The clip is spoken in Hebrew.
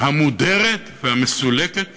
המודרת והמסולקת